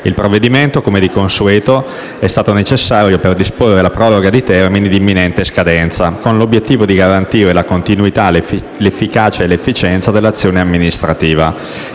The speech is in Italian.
Il provvedimento, come di consueto, è stato necessario per disporre la proroga di termini di imminente scadenza, con l'obiettivo di garantire la continuità, l'efficienza e l'efficacia dell'azione amministrativa